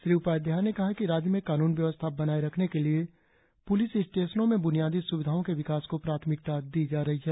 श्री उपाध्याय ने कहा कि राज्य में कानून व्यवस्था बनाएं रखने के लिए पुलिस स्टेशनों में बुनियादी सुविधाओं के विकास को प्राथमिकता दी जा रही है